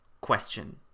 question